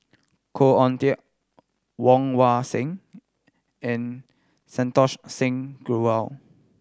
Khoo Oon Teik Woon Wah Siang and Santokh Singh Grewal